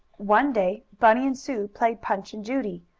one day bunny and sue played punch and judy,